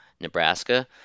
Nebraska